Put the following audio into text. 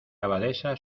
abadesa